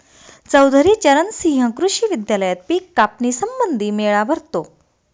चौधरी चरण सिंह कृषी विद्यालयात पिक कापणी संबंधी मेळा भरतो